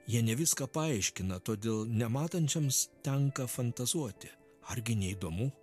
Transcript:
jie ne viską paaiškina todėl nematančioms tenka fantazuoti argi neįdomu